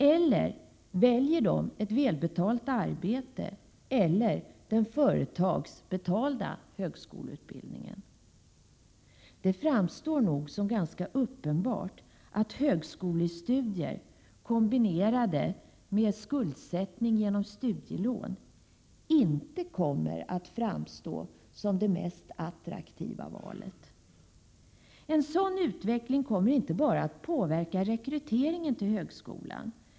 Eller väljer de ett välbetalt arbete eller den företagsbetalda högskoleutbildningen? Det är nog ganska uppenbart att högskolestudier kombinerade med skuldsättning genom studielån inte framstår som det mest attraktiva valet. En sådan utveckling kommer inte bara att påverka rekryteringen till högskolan.